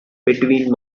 between